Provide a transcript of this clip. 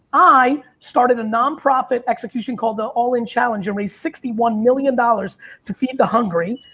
i started a nonprofit execution called the olin challenge and raised sixty one million dollars to feed the hungry.